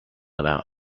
about